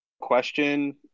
question